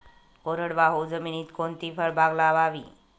कोरडवाहू जमिनीत कोणती फळबाग लावावी?